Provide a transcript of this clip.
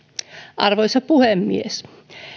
arvoisa puhemies